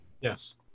Yes